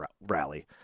rally